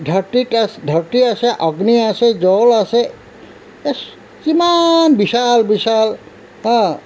ধৰতী আচ ধৰ্তী আছে অগ্নি আছে জল আছে এই কিমান বিশাল বিশাল হা